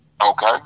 okay